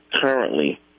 currently